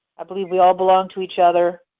i believe we all belong to each other.